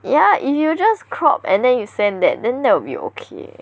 ya if you just crop and then you send that then that would be okay